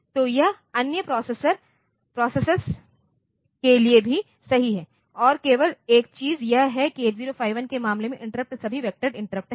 तो यह अन्य प्रोसेसेज के लिए भी सही है और केवल एक चीज यह है कि 8051 के मामले में इंटरप्ट सभी वेक्टोरेड इंटरप्ट हैं